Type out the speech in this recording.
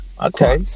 okay